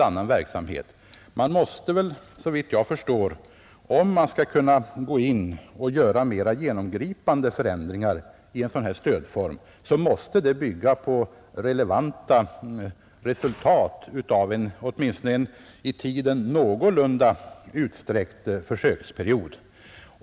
Om man skall kunna gå in och göra mera genomgripande förändringar i en sådan här stödform, måste man väl såvitt jag förstår bygga på relevanta resultat av åtminstone en i tiden någorlunda utsträckt försöksperiod.